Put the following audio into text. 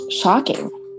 shocking